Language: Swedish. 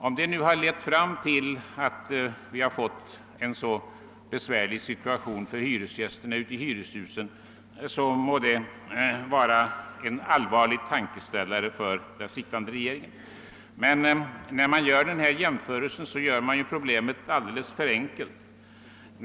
Om detta nu har lett fram till att vi har fått en sådan besvärlig situation för hyresgästerna i hyreshusen, må det vara en allvarlig tankeställare för den sittande regeringen. När herr Pettersson gör denna jämförelse mellan hyreshusen och villorna, gör han problemet alldeles för enkelt.